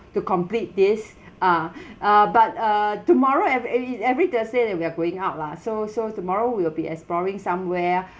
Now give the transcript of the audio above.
to complete this ah uh but uh tomorrow ev~ every every thursday that we are going out lah so so tomorrow we'll be exploring somewhere